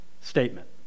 statement